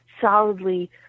solidly